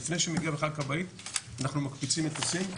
לפני שמגיעה בכלל כבאית אנחנו מקפיצים מטוסים.